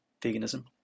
veganism